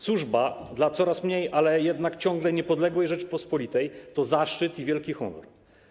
Służba dla coraz mniej, ale jednak ciągle niepodległej Rzeczypospolitej to zaszczyt i wielki honor.